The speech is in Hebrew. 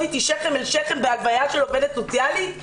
אתי שכם אל שכם בהלוויה של עובדת סוציאלית?